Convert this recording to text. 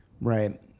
Right